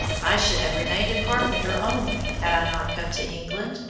i should have remained a carpenter only had i not come to england,